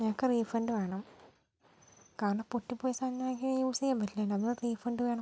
ഞങ്ങൾക്ക് റീഫണ്ട് വേണം കാരണം പൊട്ടിപ്പോയ സാധനം എനിക്ക് യൂസ് ചെയ്യാൻ പറ്റില്ലല്ലൊ അതുകൊണ്ട് റീഫണ്ട് വേണം